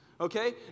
Okay